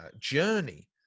journey